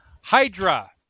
Hydra